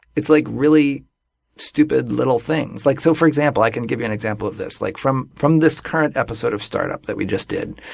like really stupid little things. like so for example i can give you an example of this. like from from this current episode of startup that we just did,